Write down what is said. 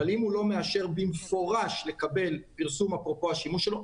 אבל אם הוא לא מאשר במפורש לקבל פרסום אפרופו השימוש שלו,